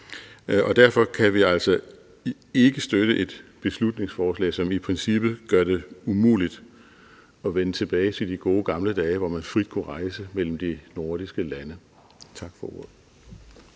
Derfor kan vi altså ikke støtte et beslutningsforslag, som i princippet gør det umuligt at vende tilbage til de gode gamle dage, hvor man frit kunne rejse mellem de nordiske lande. Tak for ordet.